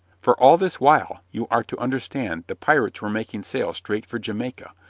for all this while, you are to understand, the pirates were making sail straight for jamaica,